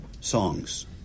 songs